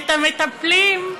את המטפלים,